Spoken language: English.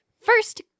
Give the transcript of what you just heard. first